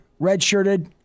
redshirted